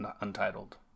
Untitled